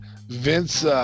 Vince